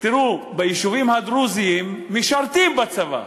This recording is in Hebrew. תראו, ביישובים הדרוזיים משרתים בצבא,